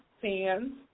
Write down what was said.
fans